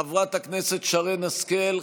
חברת הכנסת שרן השכל,